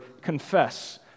confess